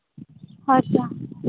ᱦᱳᱭ ᱛᱚ